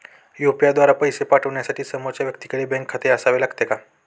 UPI द्वारा पैसे पाठवण्यासाठी समोरच्या व्यक्तीकडे बँक खाते असावे लागते का?